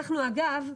אגב,